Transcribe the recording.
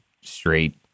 straight